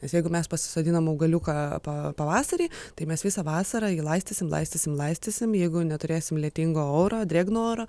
nes jeigu mes pasisodinam augaliuką pa pavasarį tai mes visą vasarą jį laistysim laistysim laistysim jeigu neturėsim lietingo oro drėgno oro